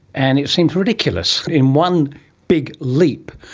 and it seems ridiculous, in one big leap,